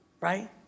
Right